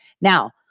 Now